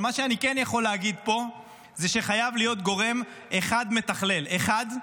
אבל מה שאני כן יכול להגיד פה זה שחייב להיות גורם אחד מתכלל אחד,